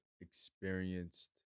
experienced